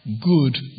good